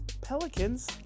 Pelicans